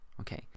okay